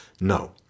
no